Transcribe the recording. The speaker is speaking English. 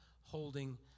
Holding